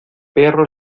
perro